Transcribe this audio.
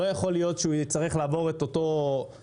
לא יכול להיות שהוא הצטרך לעבור את אותו מסלול